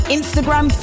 Instagram